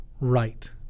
right